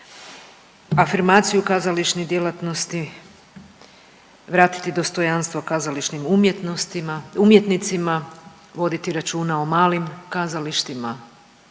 afirmaciju kazališne djelatnosti, vratiti dostojanstvo kazališnim umjetnicima, voditi računa o malim kazalištima